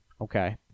Okay